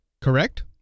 correct